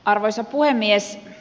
arvoisa puhemies